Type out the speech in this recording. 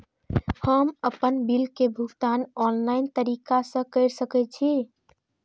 हम आपन बिल के भुगतान ऑनलाइन तरीका से कर सके छी?